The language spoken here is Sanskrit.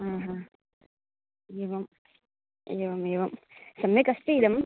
आम् आम् एवं एवं एवं सम्यगस्ति इदं